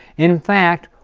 in fact,